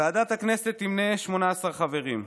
ועדת הכספים תמנה 18 חברים.